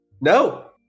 No